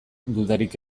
dudarik